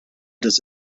des